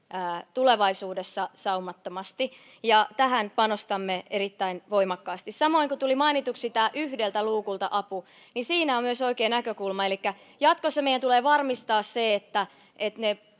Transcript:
tulevaisuudessa saumattomasti ja tähän panostamme erittäin voimakkaasti samoin kuin tuli mainituksi tämä yhdeltä luukulta apu niin siinä on myös oikea näkökulma elikkä jatkossa meidän tulee varmistaa se että että ne